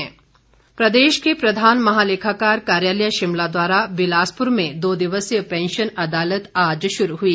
pension अदालत प्रदेश के प्रधान महालेखाकार कार्यालय शिमला द्वारा बिलासपुर में दो दिवसीय पैंशन अदालत आज शुरू हुई